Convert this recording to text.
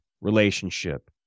relationship